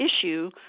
issue